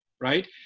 right